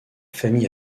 famille